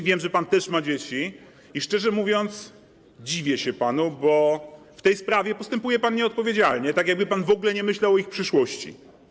Wiem, że pan też ma dzieci i, szczerze mówiąc, dziwię się panu, bo w tej sprawie postępuje pan nieodpowiedzialnie, tak jakby pan w ogóle nie myślał o ich przyszłości.